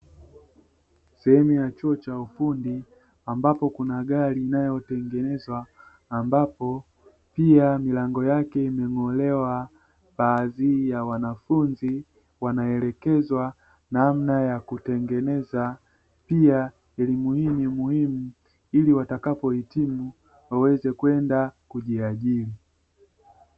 Sehemu ya chuo cha ufundi ambapo kuna gari inayotengenezwa, ambapo pia milango yake imeng'olewa, baadhi ya wanafunzi wanaelekezwa namna ya kutengeneza. Pia elimu hii ni muhimu ili watakapo hitimu waweze kwenda kujiajiri.